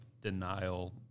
denial